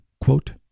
quote